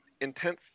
intense